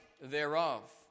thereof